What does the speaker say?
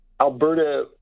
Alberta